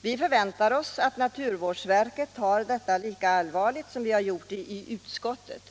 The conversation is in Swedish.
Vi förväntar oss att naturvårdsverket ser lika allvarligt på saken som utskottet har gjort.